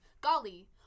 golly